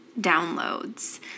downloads